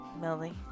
Millie